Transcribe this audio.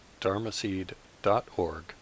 dharmaseed.org